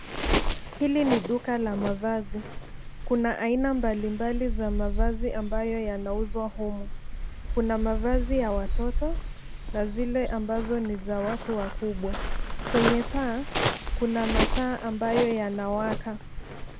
Hili ni duka la mavazi. Kuna aina mbalimbali za mavazi ambayo yanauzwa humu. Kuna mavazi ya watoto na zile ambazo ni za watu wakubwa. Kwenye paa, kuna mataa ambayo yanawaka.